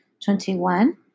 Twenty-one